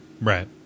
Right